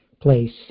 place